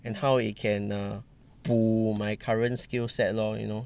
and how it can err 补 my current skillset lor you know